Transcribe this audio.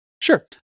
sure